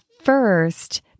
first